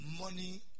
money